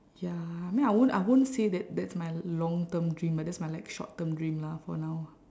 ya I mean I won't I won't say that that's my long term dream but that's my like short term dream lah for now